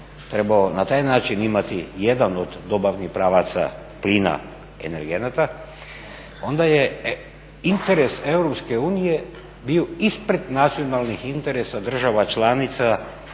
trebao na taj način imati jedan od dobavnih pravaca plina energenata onda je interes EU bio ispred nacionalnih interesa država članica